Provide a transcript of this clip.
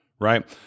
right